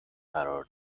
قرار